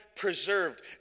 Preserved